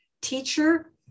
teacher